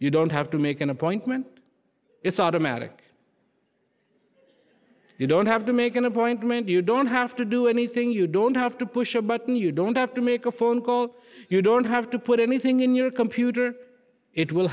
you don't have to make an appointment it's automatic you don't have to make an appointment you don't have to do anything you don't have to push a button you don't have to make a phone call you don't have to put anything in your computer it will